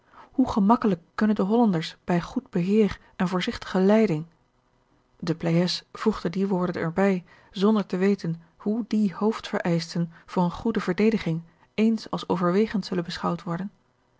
hoe gemakkelijk kunnen de hollanders bij goed beheer en voorzigtige leiding de pleyes voegde die woorden er bij zonder te weten hoe die hoofdvereischten voor eene goede verdediging ééns als overwegend zullen beschouwd worden